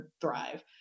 thrive